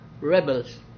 rebels